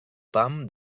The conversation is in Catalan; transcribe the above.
pam